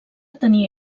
tenia